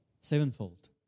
sevenfold